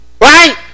right